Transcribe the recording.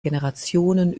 generationen